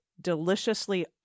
deliciously